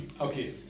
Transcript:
Okay